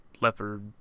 leopard